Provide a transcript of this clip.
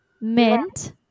mint